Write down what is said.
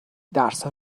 درسا